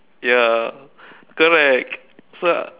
ya correct so